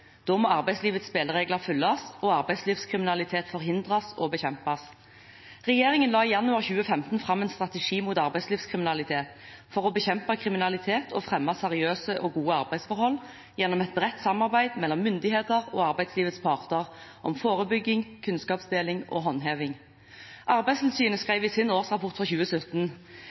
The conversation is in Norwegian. Da må arbeidslivets spilleregler følges og arbeidslivskriminalitet forhindres og bekjempes. Regjeringen la i januar 2015 fram en strategi mot arbeidslivskriminalitet, for å bekjempe kriminalitet og fremme seriøse og gode arbeidsforhold gjennom et bredt samarbeid mellom myndigheter og arbeidslivets parter om forebygging, kunnskapsdeling og håndheving. Arbeidstilsynet skrev i sin årsrapport for 2017: